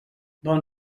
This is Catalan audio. bon